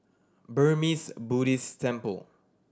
Burmese Buddhist Temple